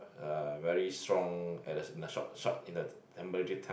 uh very strong at the short short in a temporary time